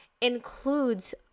includes